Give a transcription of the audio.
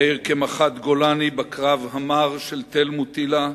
מאיר כמח"ט גולני בקרב המר של תל-מוטילה,